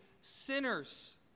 sinners